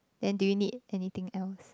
then do you need anything else